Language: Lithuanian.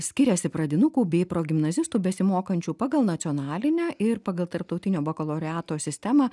skiriasi pradinukų bei progimnazistų besimokančių pagal nacionalinę ir pagal tarptautinio bakalaureato sistemą